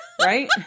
right